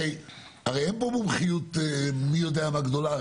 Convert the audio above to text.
הרי אין פה מומחיות מי יודע מה גדולה.